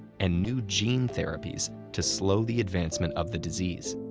and new gene therapies to slow the advancement of the disease.